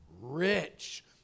rich